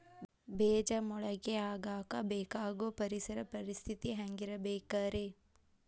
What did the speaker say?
ಬೇಜ ಮೊಳಕೆಯಾಗಕ ಬೇಕಾಗೋ ಪರಿಸರ ಪರಿಸ್ಥಿತಿ ಹ್ಯಾಂಗಿರಬೇಕರೇ?